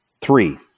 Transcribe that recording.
Three